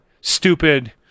stupid